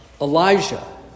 Elijah